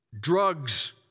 drugs